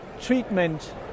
treatment